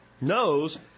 knows